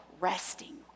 resting